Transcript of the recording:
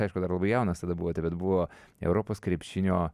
aišku dar labai jaunas tada buvote bet buvo europos krepšinio